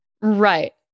Right